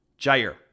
Jair